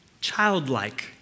Childlike